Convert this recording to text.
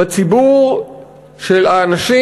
בציבור של האנשים